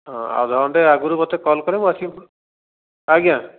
ହଁ ଅଧ ଘଣ୍ଟେ ଆଗରୁ ମୋତେ କଲ୍ କଲେ ମୁଁ ଆସିବି ଆଜ୍ଞା